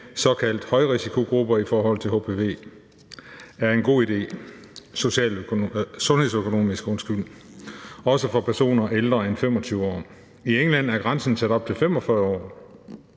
såkaldte højrisikogrupper i forhold til hpv, er en god idé sundhedsøkonomisk – også for personer, der er ældre end 25 år. I England er grænsen sat op til 45 år.